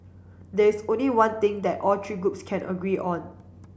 there is only one thing that all three groups can agree on